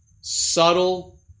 subtle